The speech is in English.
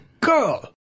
girl